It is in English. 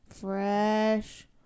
fresh